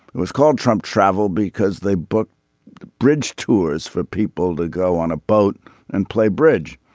it was called trump travel because they book bridge tours for people to go on a boat and play bridge.